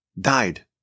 died